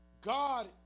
God